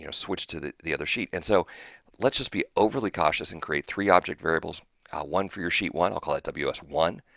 you know switch to the the other sheet and so let's just be overly cautious and create three object variables one for your sheet one. i'll call it w s one,